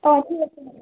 অঁ ঠিক আছে